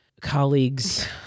colleagues